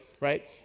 right